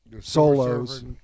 solos